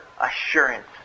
assurance